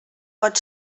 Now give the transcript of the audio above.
pot